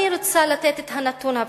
אני רוצה לתת את הנתון הבסיסי,